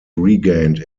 regained